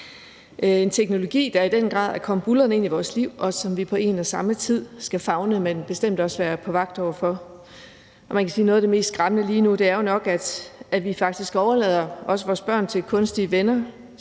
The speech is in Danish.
en teknologi, der i den grad er kommet buldrende ind i vores liv, og som vi på en og samme tid skal favne, men bestemt også være på vagt over for. Man kan sige, at noget af det mest skræmmende lige nu nok er, at vi faktisk overlader også vores børn til kunstige venner